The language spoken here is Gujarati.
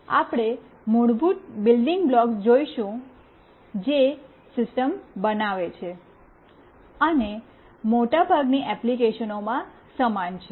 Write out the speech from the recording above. આપણે મૂળભૂત બિલ્ડિંગ બ્લોક્સ જોઈશું જે સિસ્ટમ બનાવે છે અને મોટાભાગની એપ્લિકેશનોમાં સમાન છે